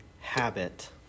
habit